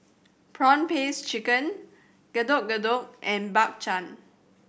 prawn paste chicken Getuk Getuk and Bak Chang